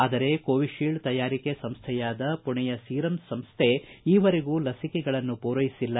ಆದರೆ ಕೋವಿತೀಲ್ಡ್ ತಯಾರಿಕೆ ಸಂಸ್ಥೆಯಾದ ಪುಣೆಯ ಸೀರಂ ಸಂಸ್ಥೆ ಈವರೆಗೂ ಲಸಿಕೆಗಳನ್ನು ಪೂರೈಸಿಲ್ಲ